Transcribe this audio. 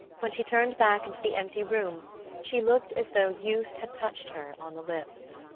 when she turned back into the empty room she looked as though youth had touched her on the lips.